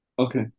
okay